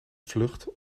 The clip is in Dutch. vlucht